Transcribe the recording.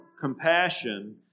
compassion